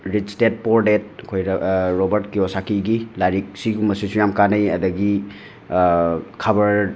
ꯔꯤꯁ dad poor dad ꯑꯩꯈꯣꯏ Robert ꯀꯤꯌꯣꯁꯥꯀꯤꯒꯤ ꯂꯥꯏꯔꯤꯛ ꯁꯤꯒꯨꯝꯕꯁꯤꯁꯨ ꯌꯥꯝ ꯀꯥꯟꯅꯩ ꯑꯗꯒꯤ ꯈꯕꯔ